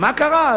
מה קרה?